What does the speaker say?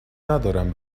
ندارم